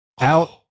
Out